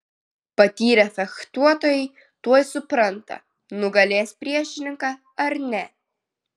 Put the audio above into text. patyrę fechtuotojai tuoj supranta nugalės priešininką ar ne